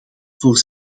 voor